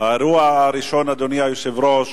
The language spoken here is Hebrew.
האירוע הראשון, אדוני היושב-ראש,